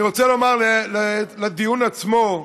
אני רוצה לומר לדיון עצמו: